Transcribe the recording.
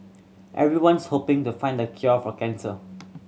everyone's hoping to find the cure for cancer